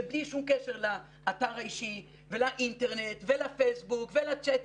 זה בלי שום קשר לאתר האישי ולאינטרנט ולפייסבוק ולצ'טים,